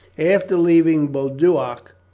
after leaving boduoc,